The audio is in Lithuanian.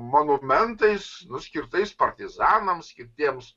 monumentais nu skirtais partizanams kitiems